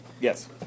Yes